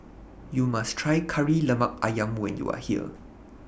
YOU must Try Kari Lemak Ayam when YOU Are here